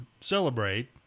celebrate